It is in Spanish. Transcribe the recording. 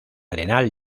arenal